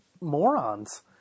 morons